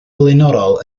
flaenorol